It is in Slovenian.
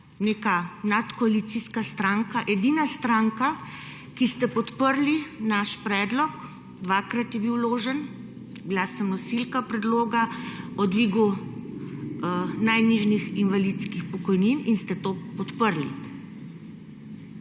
neka nadkoalicijska stranka edina stranka, ki ste podprli naš predlog, dvakrat je bil vložen, bila sem nosilka predloga, o dvigu najnižjih invalidskih pokojnin; in ste to podprli.